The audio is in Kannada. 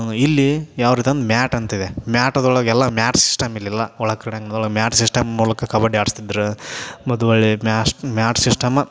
ಇಲ್ಲಿ ಯಾವ ರೀತಿ ಅಂದ್ರ್ ಮ್ಯಾಟ್ ಅಂತಿದೆ ಮ್ಯಾಟದೊಳಗೆಲ್ಲ ಮ್ಯಾಟ್ ಸಿಸ್ಟಮ್ ಇಲ್ಲೆಲ್ಲ ಒಳಗೆ ಕ್ರೀಡಾಂಗ್ಣ್ದೊಳಗೆ ಮ್ಯಾಟ್ ಸಿಸ್ಟಮ್ ಮೂಲಕ ಕಬಡ್ಡಿ ಆಡ್ಸ್ತಿದ್ರು ಮತ್ತು ಹೊರ್ಳಿ ಮ್ಯಾಸ್ಟ್ ಮ್ಯಾಟ್ ಸಿಸ್ಟಮ್ಮ